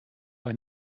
bei